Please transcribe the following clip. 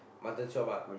mutton shop ah